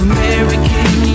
American